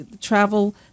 travel